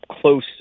close